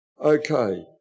Okay